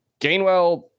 Gainwell